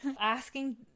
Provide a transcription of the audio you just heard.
asking